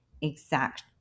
exact